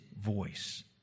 voice